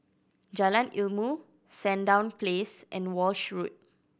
Jalan Ilmu Sandown Place and Walshe Road